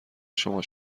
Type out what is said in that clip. شما